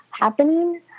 happening